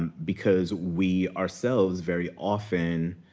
um because we, ourselves, very often